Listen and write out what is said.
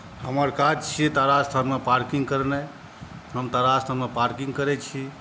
हमर काज छियै तारा स्थानमे पार्किंग कयनाइ हम तारा स्थानमे पार्किंग करैत छी